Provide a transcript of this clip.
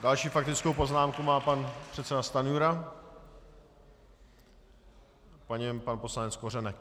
Další faktickou poznámku má pan předseda Stanjura, po něm pan poslanec Kořenek.